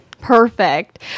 perfect